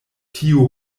tiu